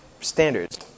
standards